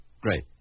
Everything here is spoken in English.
Great